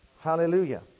Hallelujah